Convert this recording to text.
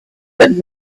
that